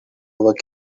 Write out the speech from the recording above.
work